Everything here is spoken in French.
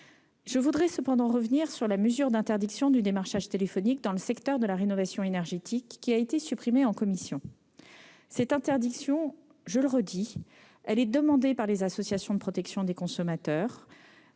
Je voudrais cependant revenir sur la mesure d'interdiction du démarchage téléphonique dans le secteur de la rénovation énergétique, qui a été supprimée en commission. Cette interdiction, je le redis, est demandée par les associations de protection des consommateurs.